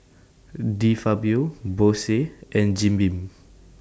De Fabio Bose and Jim Beam